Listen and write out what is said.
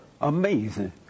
Amazing